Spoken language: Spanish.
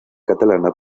catalana